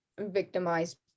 victimized